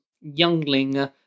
youngling